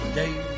day